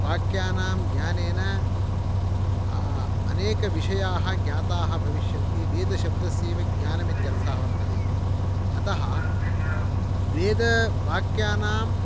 वाक्यानां ज्ञानेन अनेकविषयाः ज्ञाताः भविष्यन्ति वेदशब्दस्यैव ज्ञानम् इत्यर्थः वर्तते इति अतः वेदवाक्यानाम्